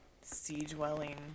sea-dwelling